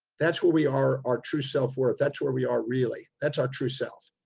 that's where we are our true self worth. that's where we are really. that's our true self.